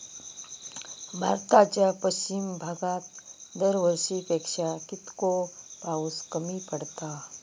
भारताच्या पश्चिम भागात दरवर्षी पेक्षा कीतको पाऊस कमी पडता?